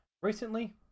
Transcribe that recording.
Recently